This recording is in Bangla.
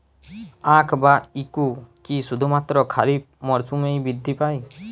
আখ বা ইক্ষু কি শুধুমাত্র খারিফ মরসুমেই বৃদ্ধি পায়?